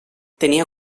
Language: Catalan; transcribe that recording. tenia